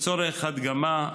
לצורך הדגמה,